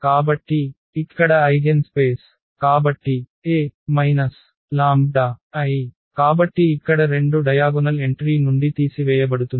కాబట్టి ఇక్కడ eigen space కాబట్టి A λI కాబట్టి ఇక్కడ 2 డయాగొనల్ ఎంట్రీ నుండి తీసివేయబడుతుంది